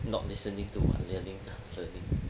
not listening to what learning to play